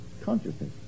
consciousness